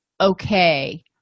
okay